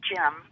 Jim